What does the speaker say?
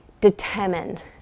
determined